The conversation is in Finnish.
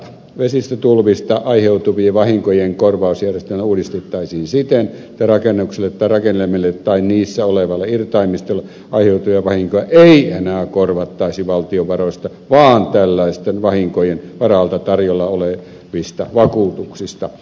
vesistötulvista aiheutuvien vahinkojen korvausjärjestelmää uudistettaisiin siten että rakennuksille tai rakennelmille tai niissä oleville irtaimistoille aiheutuvia vahinkoja ei enää korvattaisi valtion varoista vaan tällaisten vahinkojen varalta tarjolla olevista vakuutuksista